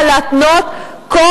לבין מי שהם בחרו לחיות אתם את חייהם,